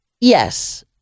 Yes